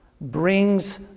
brings